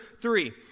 three